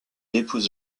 épouse